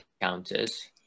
counters